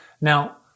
Now